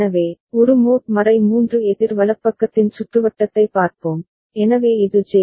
எனவே ஒரு மோட் 3 எதிர் வலப்பக்கத்தின் சுற்றுவட்டத்தைப் பார்ப்போம் எனவே இது ஜே